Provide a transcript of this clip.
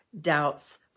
doubts